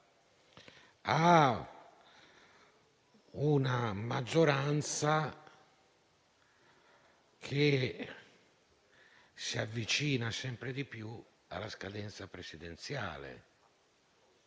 la maggioranza si avvicina sempre di più alla scadenza presidenziale.